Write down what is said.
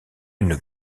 une